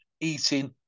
eating